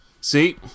See